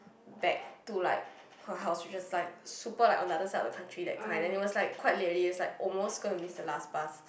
back to like her house which was like super like on the other side of the country that kind and it was like quite late already it was like almost gonna miss the last bus